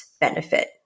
benefit